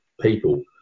people